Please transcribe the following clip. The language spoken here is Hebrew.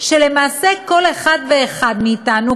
שלמעשה כל אחד ואחד מאתנו,